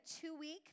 two-week